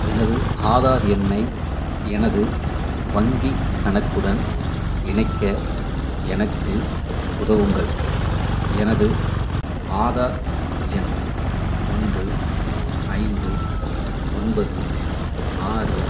எனது ஆதார் எண்ணை எனது வங்கிக் கணக்குடன் இணைக்க எனக்கு உதவுங்கள் எனது ஆதார் எண் ஒன்று ஐந்து ஒன்பது ஆறு